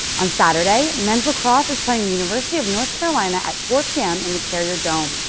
on saturday, men's lacrosse is playing the university of north carolina at four p m in the carrier dome.